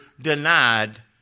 denied